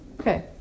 Okay